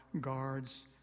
guards